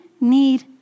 need